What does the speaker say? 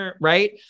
right